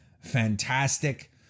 fantastic